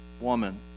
woman